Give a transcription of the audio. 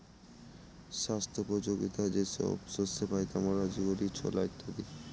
স্বাস্থ্যোপযোগীতা যে সব শস্যে পাই যেমন রাজগীরা, ছোলা ইত্যাদি